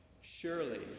Surely